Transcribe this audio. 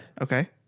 Okay